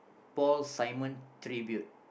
Paul-Simon tribute